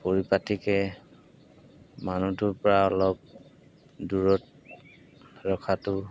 পৰিপাটিকৈ মানুহটোৰপৰা অলপ দূৰত ৰখাটো